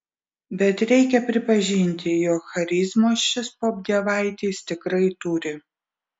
bet reikia pripažinti jog charizmos šis popdievaitis tikrai turi